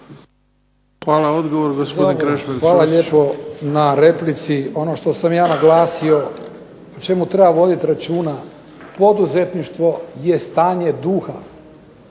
Ćosić. **Ćosić, Krešimir (HDZ)** Hvala lijepo na replici. Ono što sam ja naglasio o čemu treba voditi računa. Poduzetništvo je stanje duha,